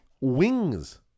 wings